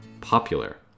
popular